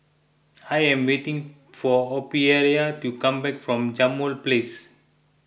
I am waiting for Ophelia to come back from Jambol Place